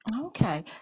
Okay